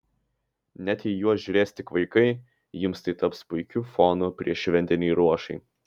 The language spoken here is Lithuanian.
net jei juos žiūrės tik vaikai jums tai taps puikiu fonu prieššventinei ruošai